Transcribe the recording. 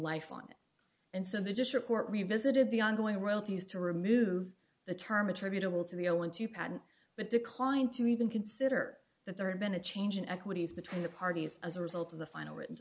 life on it and so they just report revisited the ongoing royalties to remove the term attributable to the i want to patent but declined to even consider that there had been a change in equities between the parties as a result of the final written